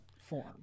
form